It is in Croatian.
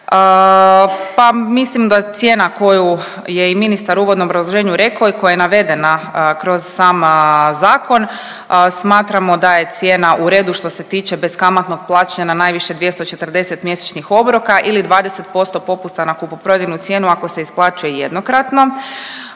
Pa mislim da cijena koju je i ministar u uvodnom obrazloženju reko i koja je navedena kroz sam zakon, smatramo da je cijena u redu što se tiče beskamatnog plaćanja na najviše 240 mjesečnih obroka ili 20% popusta na kupoprodajnu cijenu ako se isplaćuje jednokratno.